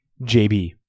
JB